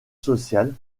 sociale